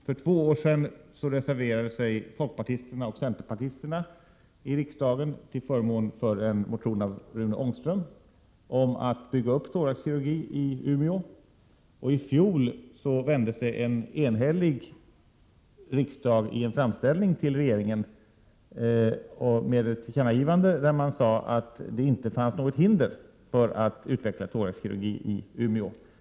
För två år sedan reserverade sig folkpartisterna och centerpartisterna i riksdagen till förmån för en motion av Rune Ångström om att man skulle bygga upp thoraxkirurgi i Umeå, och i fjol vände sig en enhällig riksdag i en framställning till regeringen med ett tillkännagivande, där man sade att det inte fanns något hinder för att utveckla thoraxkirurgi i Umeå.